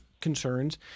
concerns